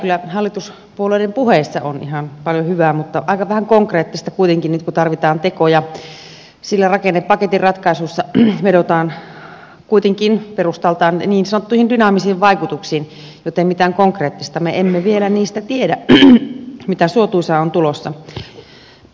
kyllä hallituspuolueiden puheissa on ihan paljon hyvää mutta aika vähän konkreettista kuitenkin nyt kun tarvitaan tekoja sillä rakennepaketin ratkaisussa vedotaan kuitenkin perustaltaan niin sanottuihin dynaamisiin vaikutuksiin joten mitään konkreettista me emme vielä niistä tiedä mitä suotuisaa on tulossa